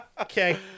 Okay